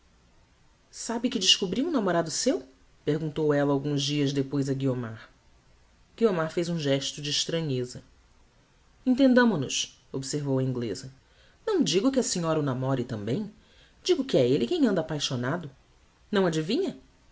sabe que descobri um namorado seu perguntou ella alguns dias depois a guiomar guiomar fez um gesto de estranheza entendamo nos observou a ingleza não digo que a senhora o namore também digo que é elle quem anda apaixonado não adivinha